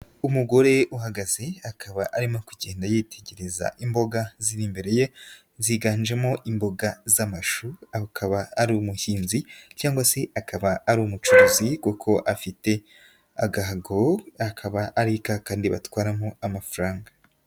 Umugore uhagaze akaba arimo kugenda yitegereza imboga ziri imbere ye, ziganjemo imboga z'amashu akaba ari umuhinzi cyangwa se akaba ari umucuruzi kuko afite agahago, akaba ari kakandi batwaramo amafaranga.